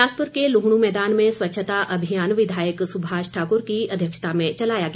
बिलासपुर के लुहणू मैदान में स्वच्छता अभियान विधायक सुभाष ठाकुर की अध्यक्षता में चलाया गया